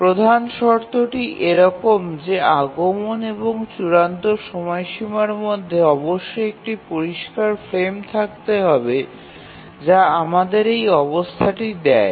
প্রধান শর্তটি এরকম যে আগমন এবং চূড়ান্ত সময়সীমার মধ্যে অবশ্যই একটি পরিষ্কার ফ্রেম থাকতে হবে যা আমাদের এই অবস্থাটি দেয়